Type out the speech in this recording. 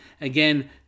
Again